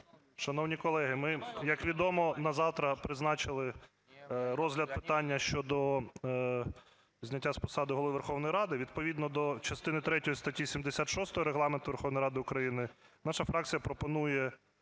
Шановні колеги, ми, як відомо, на завтра призначили розгляд питання щодо зняття з посади Голови Верховної Ради. Відповідно до частини третьої статті 76 Регламенту Верховної Ради України наша фракція пропонує